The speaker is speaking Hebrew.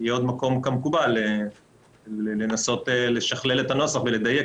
יהיה עוד מקום כמקובל לנסות לשכלל את הנוסח ולדייק